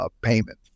payment